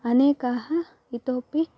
अनेकाः इतोपि